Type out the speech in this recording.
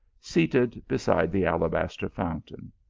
seated beside the alabaster founta n.